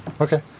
Okay